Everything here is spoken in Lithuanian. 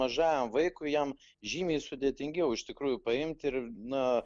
mažajam vaikui jam žymiai sudėtingiau iš tikrųjų paimti ir na